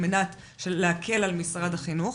על מנת להקל על משרד החינוך.